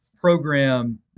program